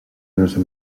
jūsu